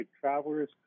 travelers